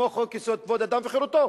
כמו חוק-יסוד: כבוד האדם וחירותו,